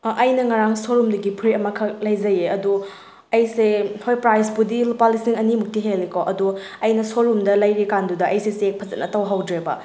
ꯑꯥ ꯑꯩꯅ ꯉꯔꯥꯡ ꯁꯣꯔꯨꯝꯗꯒꯤ ꯐꯨꯔꯤꯠ ꯑꯃꯈꯛ ꯂꯩꯖꯩꯑꯦ ꯑꯗꯣ ꯑꯩꯁꯦ ꯍꯣꯏ ꯄ꯭ꯔꯥꯏꯁꯄꯨꯗꯤ ꯂꯨꯄꯥ ꯂꯤꯁꯤꯡ ꯑꯅꯤꯃꯨꯛꯇꯤ ꯍꯦꯜꯂꯤꯀꯣ ꯑꯗꯣ ꯑꯩꯅ ꯁꯣꯔꯨꯝꯗ ꯂꯩꯔꯤꯀꯥꯟꯗꯨꯗ ꯑꯩꯁꯦ ꯆꯦꯛ ꯐꯖꯅ ꯇꯧꯍꯧꯗ꯭ꯔꯦꯕ